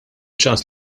ċans